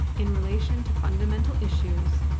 in relation to fundamental issues,